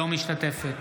אינה משתתפת